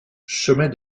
chemin